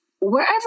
wherever